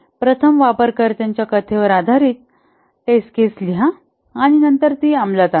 प्रथम वापरकर्त्याच्या कथेवर आधारित टेस्ट केस लिहा आणि नंतर ती अंमलात आणा